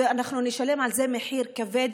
ונשלם על זה מחיר כבד,